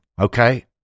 Okay